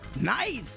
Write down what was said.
Nice